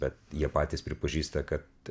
bet jie patys pripažįsta kad